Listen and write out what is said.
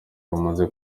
rumaze